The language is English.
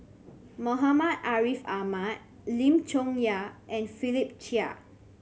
Muhammad Ariff Ahmad Lim Chong Yah and Philip Chia